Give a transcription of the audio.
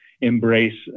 embrace